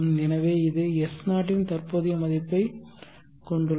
எனவே இது S0 இன் தற்போதைய மதிப்பைக் கொண்டுள்ளது